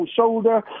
shoulder